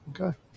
Okay